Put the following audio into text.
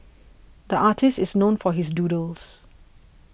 the artist is known for his doodles